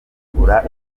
kugura